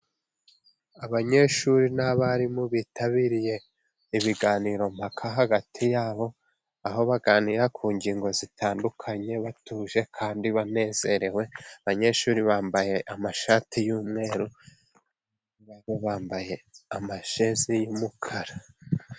Abanyeshuri n'abarimu bitabiriye ibiganiro mpaka hagati yabo, aho baganira ku ngingo zitandukanye batuje kandi banezerewe, abanyeshuri bambaye amashati y'umweru, abarimu bambaye amajezi y'umukara.